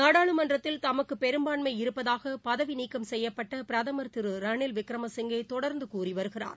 நாடாளுமன்றத்தில் தமக்கு பெரும்பான்மை இருப்பதாக பதவிநீக்கம் செய்யப்பட்ட பிரதமர் திரு ரணில்விக்ரம சிங்கே தொடர்ந்து கூறி வருகிறார்